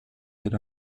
yet